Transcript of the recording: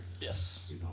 yes